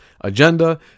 agenda